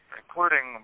including